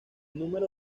número